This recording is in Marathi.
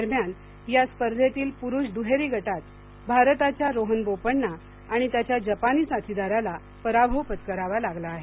दरम्यान या स्पर्धेतील पुरुष दुहेरी गटात भारताच्या रोहन बोपण्णा आणि त्याच्या जपानी साथीदाराला पराभव पत्करावा लागला आहे